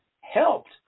helped